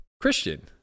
Christian